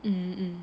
mm mm